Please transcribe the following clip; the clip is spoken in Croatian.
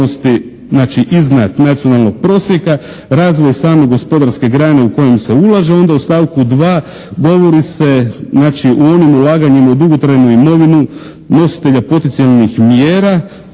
znači iznad nacionalnog prosjeka, razvoj same gospodarske grane u kojem se ulaže. Onda u stavku 2. govori se znači o onim ulaganjima u dugotrajnu imovinu nositelja poticajnih mjera,